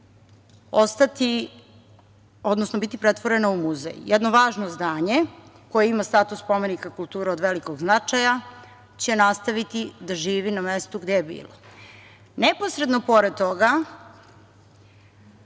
ostati, odnosno biti pretvorena u muzej. Jedno važno zdanje, koje ima status spomenika kulture od velikog značaja će nastaviti da živi na mestu gde je bilo. Neposredno pored toga,